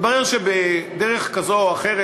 מתברר שבדרך כזאת או אחרת,